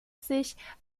sich